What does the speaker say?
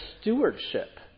stewardship